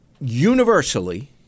universally